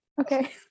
okay